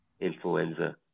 influenza